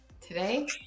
today